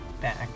back